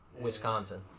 Wisconsin